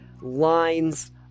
lines